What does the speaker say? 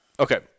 Okay